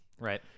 Right